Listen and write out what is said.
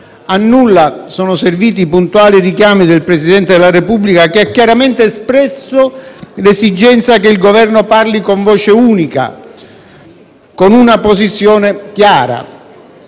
A nulla sono serviti i puntuali richiami del Presidente della Repubblica, che ha chiaramente espresso l'esigenza che il Governo parli con voce unica e con una posizione chiara.